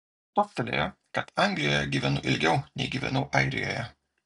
toptelėjo kad anglijoje gyvenu ilgiau nei gyvenau airijoje